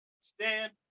Stand